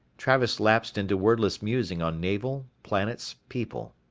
travis lapsed into wordless musing on navel, planets, people.